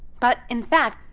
but in fact,